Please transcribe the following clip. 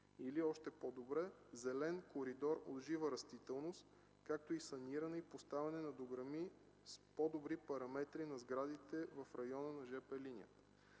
или още по-добре – зелен коридор от жива растителност, както и саниране и поставяне на дограми с по-добри параметри на сградите в района на